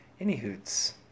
Anyhoots